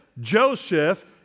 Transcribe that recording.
Joseph